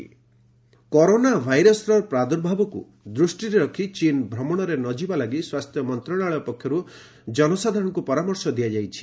corona virus corona ଭାଇରସର ପ୍ରାର୍ଦୁଭାବକୁ ଦୃଷ୍ଟିରେ ରଖି ଚୀନ୍ ଭ୍ରମଣରେ ନ ଯିବା ଲାଗି ସ୍ୱାସ୍ଥ୍ୟ ମନ୍ତ୍ରଣାଳୟ ପକ୍ଷରୁ ଜନସାଧାରଣଙ୍କୁ ପରାମର୍ଶ ଦିଆଯାଇଛି